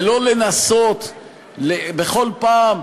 ולא לנסות בכל פעם,